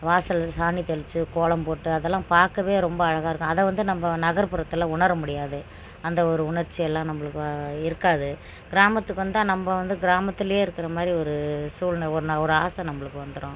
வாசலில் சாணி தெளித்து கோலம் போட்டு அதெல்லாம் பார்க்கவே ரொம்ப அழகாக இருக்கும் அதை வந்து நம்ம நகர்ப்புறத்தில் உணர முடியாது அந்த ஒரு உணர்ச்சி எல்லாம் நம்மளுக்கு இருக்காது கிராமத்துக்கு வந்தால் நம்ம வந்து கிராமத்துலே இருக்கிற மாதிரி ஒரு சூழ்நிலை ஒரு ஒரு ஆசை நம்மளுக்கு வந்துரும்